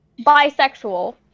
bisexual